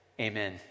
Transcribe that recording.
amen